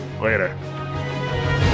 Later